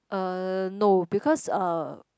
uh no because uh